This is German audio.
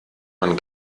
man